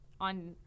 on